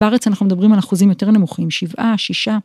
בארץ אנחנו מדברים על אחוזים יותר נמוכים, שבעה, שישה.